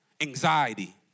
anxiety